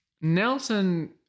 Nelson